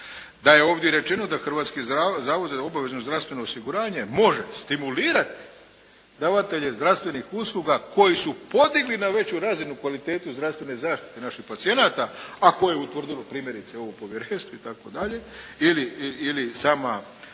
da je ovdje rečeno da je Hrvatski zavod za obavezno zdravstveno osiguranje može stimulirat davatelje zdravstvenih usluga koji su podigli na veću razinu kvalitetu zdravstvene zaštite naših pacijenata, a koje je utvrdilo primjerice ovo povjerenstvo itd., ili sama